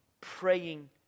praying